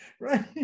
right